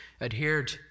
adhered